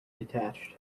detached